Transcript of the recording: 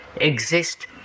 exist